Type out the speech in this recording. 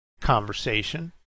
conversation